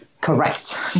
correct